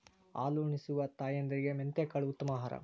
ಹಾಲುನಿಸುವ ತಾಯಂದಿರಿಗೆ ಮೆಂತೆಕಾಳು ಉತ್ತಮ ಆಹಾರ